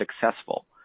successful